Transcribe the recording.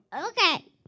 Okay